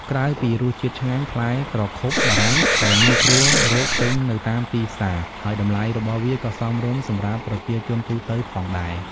ក្រៅពីរសជាតិឆ្ងាញ់ ផ្លែក្រខុបបារាំងក៏ងាយស្រួលរកទិញនៅតាមទីផ្សារ ហើយតម្លៃរបស់វាក៏សមរម្យសម្រាប់ប្រជាជនទូទៅផងដែរ។